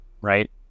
Right